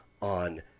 on